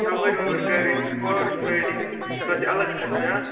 سَوٲرۍ وَوٲری کَرٕنۍ ہارٕس رایڈِنٛگ تَتھ چھِ الگ خرچہٕ ہا